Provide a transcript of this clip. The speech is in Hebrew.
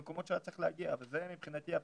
למקומות שהוא היה צריך להגיע וזה מבחינתי עצוב.